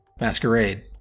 masquerade